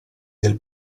del